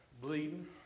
Bleeding